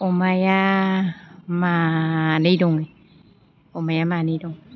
अमाया मानै दङ अमाया मानै दं